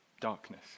darkness